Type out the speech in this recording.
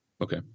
Okay